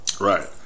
right